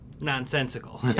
nonsensical